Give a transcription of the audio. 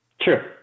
Sure